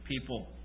people